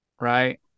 right